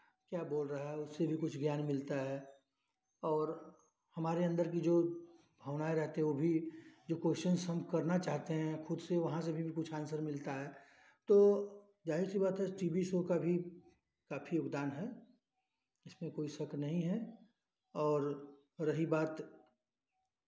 क्या बोल रहा है उससे भी कुछ ज्ञान मिलता है और हमारे अन्दर की जो भावनाएं रहती हैं वो भी जो कोश्चंस हम करना चाहते हैं कुछ तो वहाँ से भी आंसर मिलता है तो ज़ाहिर सी बात है टी भी शो का भी काफी योगदान है इसमें कोई शक नहीं है और रही बात